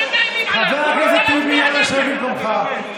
אל תתנהג כמו עבריין.